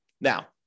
Now